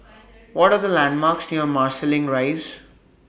What Are The landmarks near Marsiling Rise